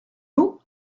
vous